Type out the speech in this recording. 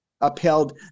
upheld